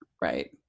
right